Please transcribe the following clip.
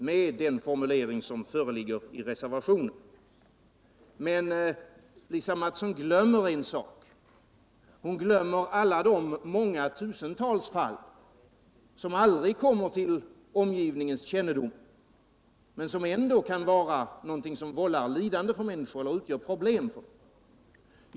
Men Lisa Mattson glömmer en sak, nämligen alla de tusentals fall som aldrig kommer till omgivningens kännedom, men där det ändå kan finnas sådant som vållar lidande eller som utgör problem.